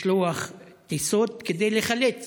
לשלוח טיסות כדי לחלץ